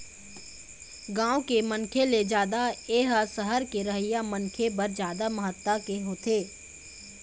गाँव के मनखे ले जादा ए ह सहर के रहइया मनखे बर जादा महत्ता के होथे